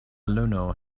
luno